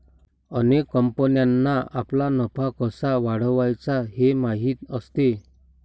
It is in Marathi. अनेक कंपन्यांना आपला नफा कसा वाढवायचा हे माहीत असते